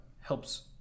helps